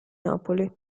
napoli